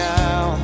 now